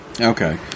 Okay